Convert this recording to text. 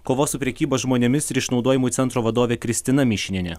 kovos su prekyba žmonėmis ir išnaudojimų centro vadovė kristina mišinienė